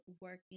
working